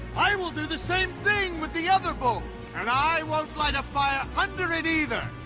i will do the same thing with the other bull and i won't light a fire under it either.